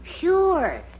Sure